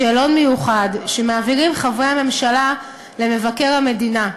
בשאלון מיוחד שמעבירים חברי הממשלה למבקר המדינה,